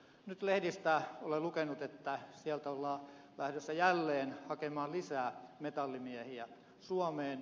nyt lehdistä olen lukenut että sieltä ollaan lähdössä jälleen hakemaan lisää metallimiehiä suomeen